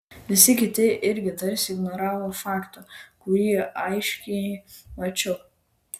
visi kiti irgi tarsi ignoravo faktą kurį aiškiai mačiau